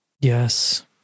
Yes